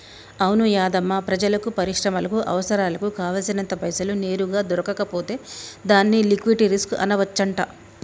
అవును యాధమ్మా ప్రజలకు పరిశ్రమలకు అవసరాలకు కావాల్సినంత పైసలు నేరుగా దొరకకపోతే దాన్ని లిక్విటీ రిస్క్ అనవచ్చంట